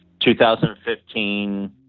2015